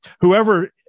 whoever